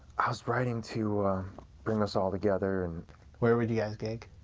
i was writing to bring us all together. and where would you guys gig?